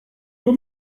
were